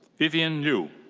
vivian liu.